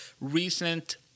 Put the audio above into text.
recent